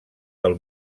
del